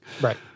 Right